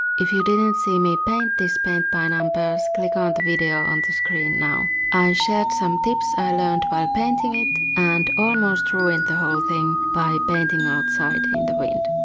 if you didn't see me paint this paint by numbers, click on the video on the screen now. i shared some tips i learned while painting it and almost ruined the whole thing by painting outside in the wind.